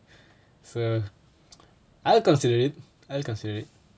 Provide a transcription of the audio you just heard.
so I'll consider it I'll consider it